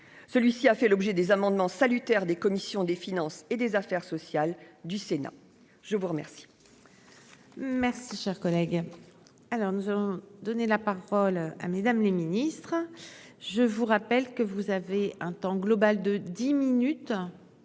celui-ci a fait l'objet des amendements salutaire des commissions des finances et des affaires sociales du Sénat, je vous remercie. Merci, cher collègue, alors nous allons donné la parole à mesdames les ministres, je vous rappelle que vous avez un temps global de dix minutes